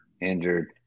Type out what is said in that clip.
injured